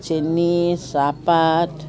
চেনি চাহপাত